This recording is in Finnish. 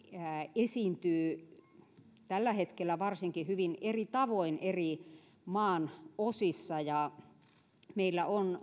esiintyy varsinkin tällä hetkellä hyvin eri tavoin maan eri osissa ja meillä on